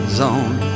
zone